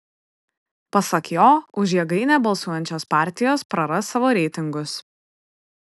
pasak jo už jėgainę balsuosiančios partijos praras savo reitingus